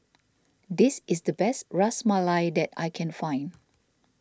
this is the best Ras Malai that I can find